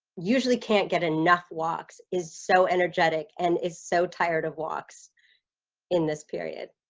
usually can't get enough walks is so energetic and is so tired of walks in this period